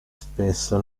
spesso